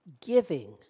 Giving